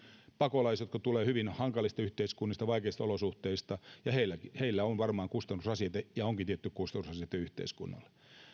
pakolaisia jotka tulevat hyvin hankalista yhteiskunnista vaikeista olosuhteista ja heistä on varmaan kustannusrasite ja onkin tietty kustannusrasite yhteiskunnalle nämä ovat